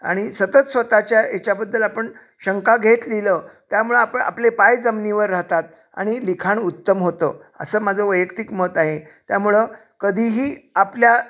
आणि सतत स्वतःच्या याच्याबद्दल आपण शंका घेत लिहिलं त्यामुळं आपण आपले पाय जमिनीवर राहतात आणि लिखाण उत्तम होतं असं माझं वैयक्तिक मत आहे त्यामुळं कधीही आपल्या